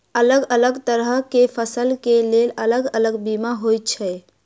अलग अलग तरह केँ फसल केँ लेल अलग अलग बीमा होइ छै?